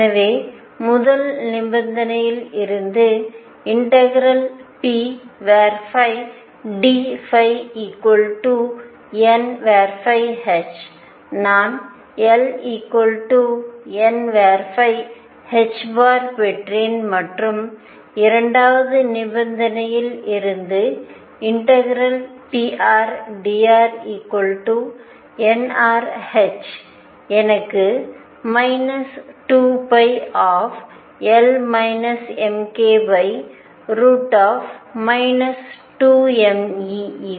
எனவே முதல் நிபந்தனையில் இருந்து ∫pdϕnhநான் L n பெற்றேன் மற்றும் இரண்டாவது நிபந்தனையில் இருந்து ∫prdr nrhஎனக்கு 2πL mk 2mE nrh கிடைக்கும்